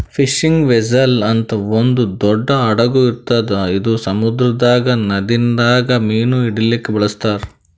fishing vessel ಅಂತ್ ಒಂದ್ ದೊಡ್ಡ್ ಹಡಗ್ ಇರ್ತದ್ ಇದು ಸಮುದ್ರದಾಗ್ ನದಿದಾಗ್ ಮೀನ್ ಹಿಡಿಲಿಕ್ಕ್ ಬಳಸ್ತಾರ್